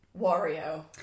Wario